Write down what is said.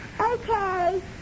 Okay